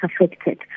affected